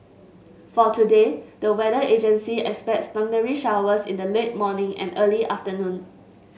for today the weather agency expects thundery showers in the late morning and early afternoon